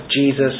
Jesus